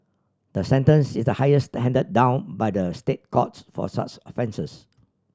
the sentence is the highest handed down by the State Courts for such offences